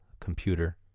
computer